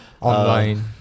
Online